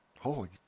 Holy